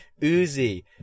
Uzi